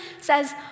says